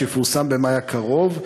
שיפורסם במאי הקרוב,